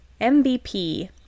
MVP